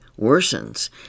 worsens